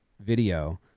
video